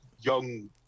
young